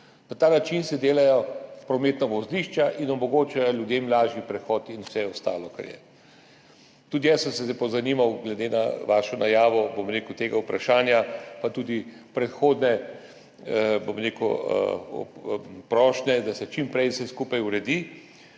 Na ta način se delajo prometna vozlišča in omogoča ljudem lažji prehod in vse ostalo, kar je. Tudi jaz sem se pozanimal glede na vašo najavo tega vprašanja pa tudi predhodne prošnje, da se čim prej vse skupaj uredi,